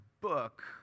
book